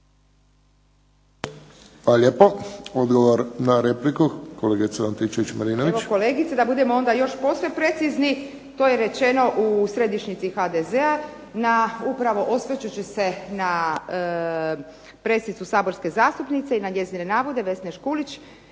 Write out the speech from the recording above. Hvala lijepo. Odgovor na repliku kolegica Antičević-Marinović. **Antičević Marinović, Ingrid (SDP)** Evo kolegice da budemo još posve precizni. To je rečeno u središnjici HDZ-a upravo na osvrćući se na presicu saborske zastupnice i na njezine navode Vesne Škulić,